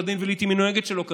ולעיתים היא נוהגת שלא כדין.